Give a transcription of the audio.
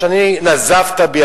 שנזפת בי,